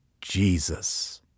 Jesus